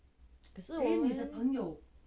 可是我没 yo~